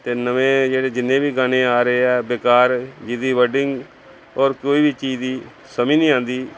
ਅਤੇ ਨਵੇਂ ਜਿਹੜੇ ਜਿੰਨੇ ਵੀ ਗਾਣੇ ਆ ਰਹੇ ਆ ਬੇਕਾਰ ਜਿਹਦੀ ਵਰਡਿੰਗ ਔਰ ਕੋਈ ਵੀ ਚੀਜ਼ ਦੀ ਸਮਝ ਨਹੀਂ ਆਉਂਦੀ